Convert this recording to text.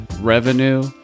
revenue